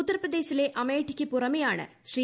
ഉത്തർപ്രദേശിലെ അമേഠിക്ക് പുറമെയാണ് ശ്രീ